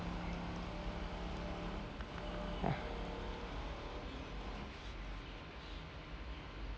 ya